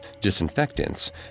disinfectants